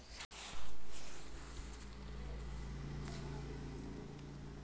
भारतीय reserve bank के repo व रिवर्स रेपो रेट के अधार म सरकारी बांड के बियाज ल तय करे जाथे